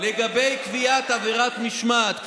לגבי קביעת עבירת משמעת.